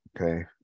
okay